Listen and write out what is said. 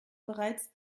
bereits